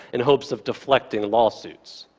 in hopes of deflecting law suits.